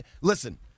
Listen